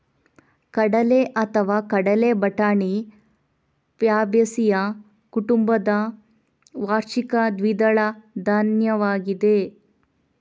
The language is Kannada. ಕಡಲೆಅಥವಾ ಕಡಲೆ ಬಟಾಣಿ ಫ್ಯಾಬೇಸಿಯೇ ಕುಟುಂಬದ ವಾರ್ಷಿಕ ದ್ವಿದಳ ಧಾನ್ಯವಾಗಿದೆ